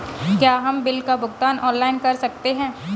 क्या हम बिल का भुगतान ऑनलाइन कर सकते हैं?